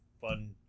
fun